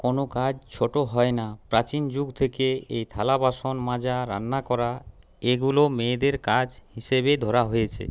কোনো কাজ ছোট হয় না প্রাচীন যুগ থেকে এই থালা বাসন মাজা রান্না করা এগুলো মেয়েদের কাজ হিসেবে ধরা হয়েছে